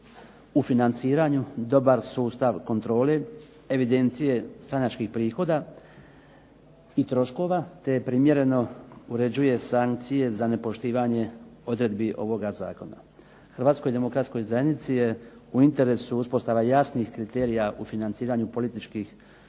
u financiranju i dobar sustav kontrole, evidencije stranačkih prihoda i troškova te primjereno uređuje sankcije za nepoštivanje odredbi ovoga zakona. Hrvatskoj demokratskoj zajednici je u interesu uspostava jasnih kriterija u financiranju političkih